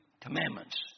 commandments